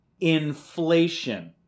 inflation